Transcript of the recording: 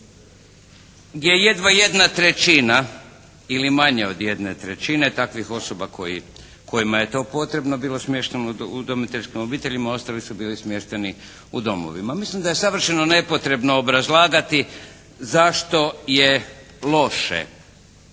je jedva 1/3 ili manje od 1/3 takvih osoba kojima je to potrebno bilo smješteno u udomiteljskim obiteljima. Ostali su bili smješteni u domovima. Mislim da je savršeno nepotrebno obrazlagati zašto je loše